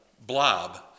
blob